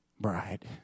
bride